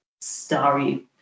starry